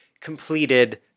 completed